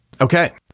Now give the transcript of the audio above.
Okay